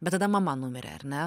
bet tada mama numirė ar ne